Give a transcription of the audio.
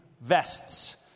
vests